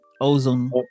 Ozone